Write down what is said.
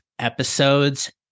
episodes